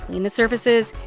clean the surfaces.